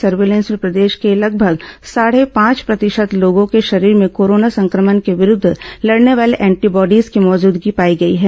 surveillance में प्रदेश के लगभग साढे पांच प्रतिशत लोगों के शरीर में कोरोना संक्रमण के विरूद्व लडने वाले एंटीबॉडीज की मौजूदगी पाई गई है